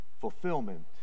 fulfillment